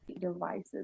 Devices